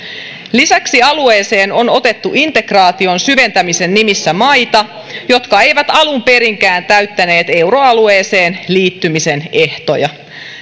lisäksi alueeseen on otettu integraation syventämisen nimissä maita jotka eivät alun perinkään täyttäneet euroalueeseen liittymisen ehtoja